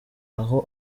aho